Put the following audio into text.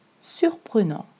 Surprenant